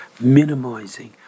minimizing